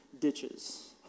ditches